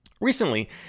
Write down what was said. Recently